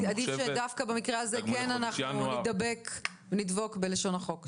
אני מציעה שבמקרה הזה כן נדבק בלשון ההוראה.